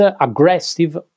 aggressive